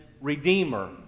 Redeemer